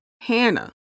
Hannah